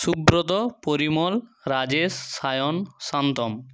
Subrata Parimal Rajesh Sayan Shantam